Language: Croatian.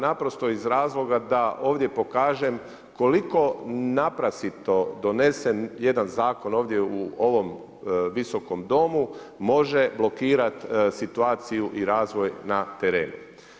Naprosto iz razloga da ovdje pokažem, koliko naprasito donesen jedan zakon u ovom Visokom domu, može blokirati situaciju i razvoj na terenu.